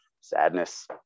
sadness